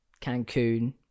Cancun